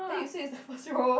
then you said is the first row